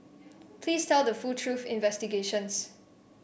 please tell the full truth investigations